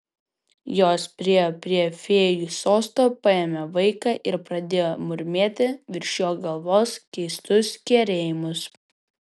jos priėjo prie fėjų sosto paėmė vaiką ir pradėjo murmėti virš jo galvos keistus kerėjimus